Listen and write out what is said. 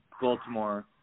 Baltimore